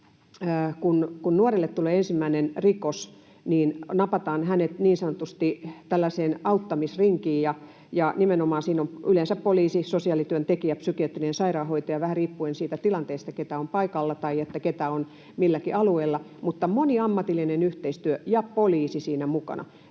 kun nuorelle tulee ensimmäinen rikos, niin napataan hänet niin sanotusti tällaiseen auttamisrinkiin, ja nimenomaan siinä on yleensä poliisi, sosiaalityöntekijä ja psykiatrinen sairaanhoitaja vähän riippuen siitä tilanteesta, keitä on paikalla tai keitä on milläkin alueilla, mutta se on moniammatillista yhteistyötä ja poliisi on siinä mukana.